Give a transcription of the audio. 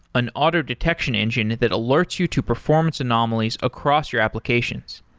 an auto-detection engine that alerts you to performance anomalies across your applications.